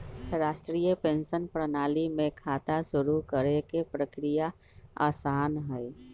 राष्ट्रीय पेंशन प्रणाली में खाता शुरू करे के प्रक्रिया आसान हई